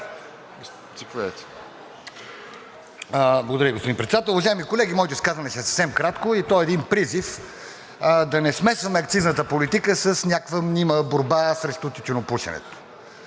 Благодаря, господин Председател. Уважаеми колеги! Моето изказване ще е съвсем кратко. То е един призив да не смесваме акцизната политика с някаква мнима борба срещу тютюнопушенето.